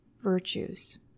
virtues